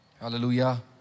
Hallelujah